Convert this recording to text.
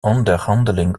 onderhandeling